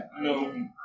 No